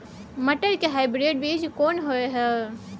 मटर के हाइब्रिड बीज कोन होय है?